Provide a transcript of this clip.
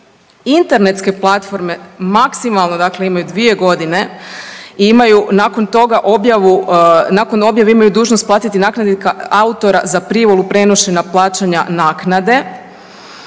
Internetske platforme maksimalno dakle imaju dvije godine i imaju nakon toga objavu, nakon objave imaju dužnost platiti naknadu autora za privolu prenošenja plaćanja naknade.